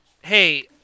Hey